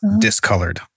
discolored